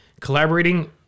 collaborating